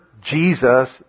Jesus